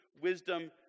wisdom